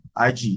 IG